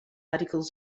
articles